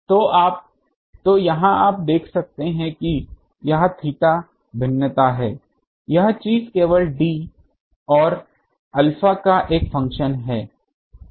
तो यहाँ आप देख सकते हैं कि यह थीटा भिन्नता है यह चीज़ केवल d और अल्फा का एक फंक्शन है